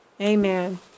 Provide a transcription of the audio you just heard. Amen